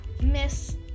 Miss